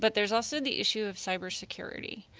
but there's also the issue of cybersecurity,